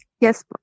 Yes